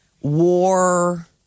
war